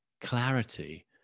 clarity